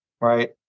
right